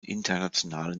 internationalen